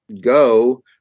go